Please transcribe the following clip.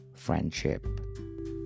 friendship